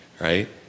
right